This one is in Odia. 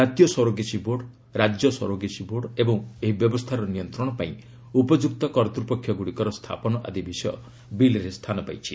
ଜାତୀୟ ସରୋଗେସି ବୋର୍ଡ ରାଜ୍ୟ ସରୋଗେସି ବୋର୍ଡ ଓ ଏହି ବ୍ୟବସ୍ଥାର ନିୟନ୍ତ୍ରଣ ପାଇଁ ଉପଯୁକ୍ତ କର୍ତ୍ତ୍ପକ୍ଷଗୁଡ଼ିକର ସ୍ଥାପନ ଆଦି ବିଷୟ ବିଲ୍ରେ ସ୍ଥାନ ପାଇଛି